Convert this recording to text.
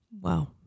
wow